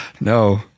No